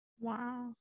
Wow